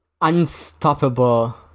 unstoppable